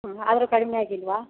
ಹ್ಞೂ ಆದ್ರೂ ಕಡಿಮೆ ಆಗಿಲ್ವಾ